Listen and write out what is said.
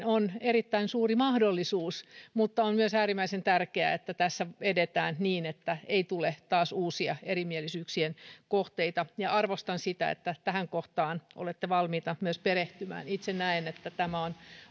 on erittäin suuri mahdollisuus mutta on myös äärimmäisen tärkeää että tässä edetään niin että ei tule taas uusia erimielisyyksien kohteita arvostan sitä että tähän kohtaan olette valmiita myös perehtymään itse näen että tämä on